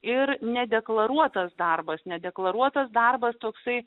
ir nedeklaruotas darbas nedeklaruotas darbas toksai